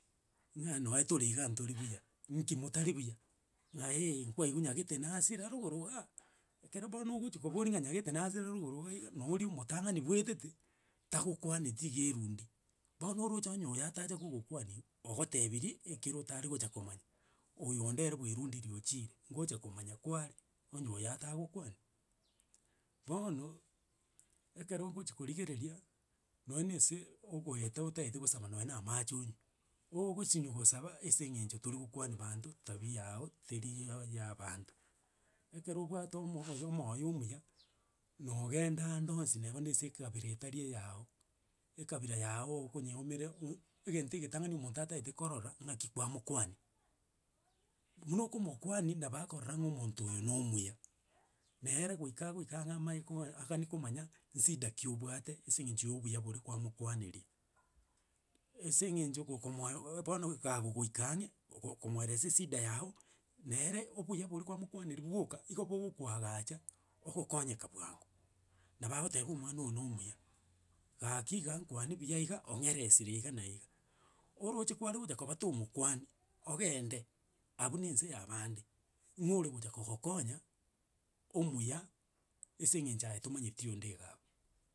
Ng'a noe tore iga ntori buya, nki motari buya, ng'a eh nkwaigwa nyagete nasira rogoro igaa. Ekero bono ogochi kobori ng'a nyagete nasira rogoro iga na ooria omotang'ani gwetete, tagokwaneti iga erundi, bono oroche onye oyo atacha kogokwani ogotebiri, ekere otare gocha komanya. Oyo onde ere bwerundiri ochire, ngocha komanya kware, onye oyo atagokwani. Bono, ekero ogochi korigereria, nonya na ase ogoeta otaete gosaba nonye na amache onywe, oogosinywa gosaba ase eng'encho tori gokwani banto tabi yago teriiii iyo ya banto. Ekere obwate omo oyo omoyo omuya, na ongenda ande onsi neba na ase ekabira etari eyago, ekabira yago okonyeumire u- u egento egetang'ani omonto ataete korora, ng'aki kwamokwania. Buna okomokwani nabo akorora ng'a omonto oyo na omuya. Nere goika agoike ang'e amanye kogani agani komanya, nsida ki obwate ase eng'encho ya obuya boria kwamokwaneria ase eng'encho gokomwa bono kagogoika ang'e, gokomoeresa esida yago, nere obuya boria kwamokwaneria gwoka, igo bogokwagacha ogokonyeka bwango. Nabo agoteba omwana oyo na omuya, gaki iga ankwani buya iga, ong'eresire iga na iga. Oroche kware gocha koba tomokwania ogende, abwo na ense ya bande ng'o ore gocha kongokonya, omuya ase eng'encho aye tomanyeti onde iga abwo.